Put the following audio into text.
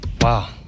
Wow